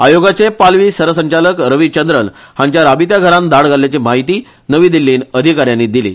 आयोगाचे पालवी सरसंचालक रविचंद्रन हांच्या राबीत्या घरांत धाड घाल्ल्याची म्हायती नवी दिल्लींत अधिकाऱ्यानी दिली